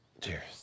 Cheers